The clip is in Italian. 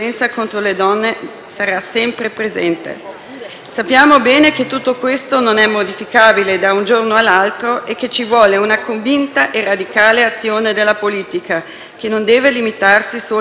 Sappiamo bene che tutto questo non è modificabile da un giorno all'altro e che ci vuole una convinta e radicale azione della politica, che non deve limitarsi solo alle parole ma deve prevedere atti concreti.